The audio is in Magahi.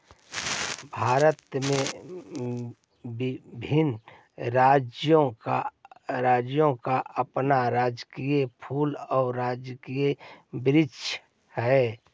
भारत में विभिन्न राज्यों का अपना राजकीय फूल और राजकीय वृक्ष हई